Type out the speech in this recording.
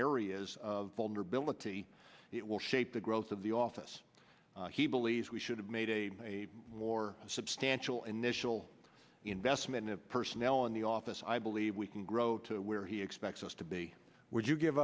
areas of vulnerability it will shape the growth of the office he believes we should have made a more substantial initial investment of personnel in the office i believe we can grow to where he expects us to be would you give